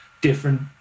different